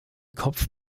kopf